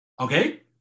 Okay